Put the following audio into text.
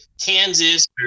Kansas